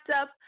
up